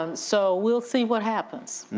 um so we'll see what happens.